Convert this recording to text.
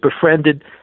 befriended